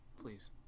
please